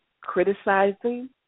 criticizing